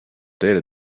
data